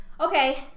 Okay